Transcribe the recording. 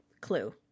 Clue